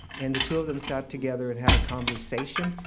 and the two of them sat together and had a conversation.